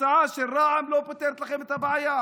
ההצעה של רע"מ לא פותרת לכם את הבעיה.